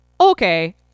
Okay